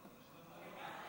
61